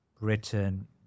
Britain